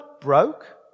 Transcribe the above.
broke